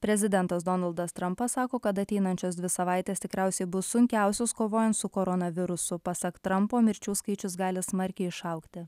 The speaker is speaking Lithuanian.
prezidentas donaldas trampas sako kad ateinančios dvi savaitės tikriausiai bus sunkiausios kovojant su koronavirusu pasak trampo mirčių skaičius gali smarkiai išaugti